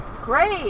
Great